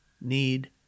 need